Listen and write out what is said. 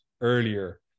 earlier